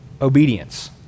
obedience